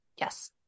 Yes